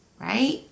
Right